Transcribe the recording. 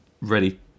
ready